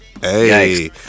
Hey